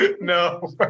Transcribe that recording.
no